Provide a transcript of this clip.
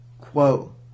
quote